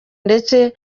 ndetse